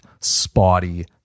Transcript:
spotty